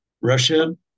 Russia